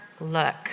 Look